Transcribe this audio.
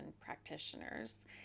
practitioners